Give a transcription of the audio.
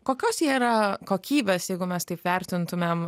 kokios jie yra kokybės jeigu mes taip vertintumėm